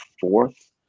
fourth